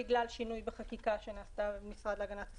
בגלל שינוי בחקיקה שנעשתה במשרד להגנת הסביבה.